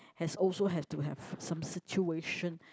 as also have to have some situation